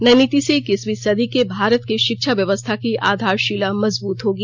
नई नीति से इक्कसवी सदी के भारत की शिक्षा व्यवस्था की आधारशिला मजबूत होगी